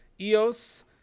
EOS